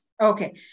Okay